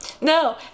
No